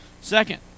second